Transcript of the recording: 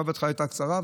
בהתחלה התשובה הייתה קצרה,